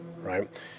right